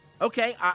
okay